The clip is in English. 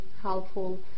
helpful